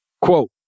Quote